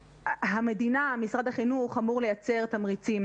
המדינה, משרד החינוך אמור לייצר תמריצים,